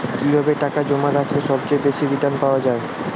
কিভাবে টাকা জমা রাখলে সবচেয়ে বেশি রির্টান পাওয়া য়ায়?